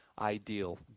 ideal